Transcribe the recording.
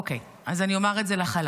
אוקיי, אז אני אומר את זה לחלל.